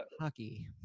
hockey